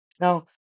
Now